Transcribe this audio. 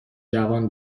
جوان